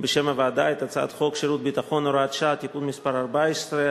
בשם הוועדה את הצעת חוק שירות ביטחון (הוראת שעה) (תיקון מס' 14),